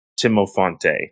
Timofonte